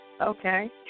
okay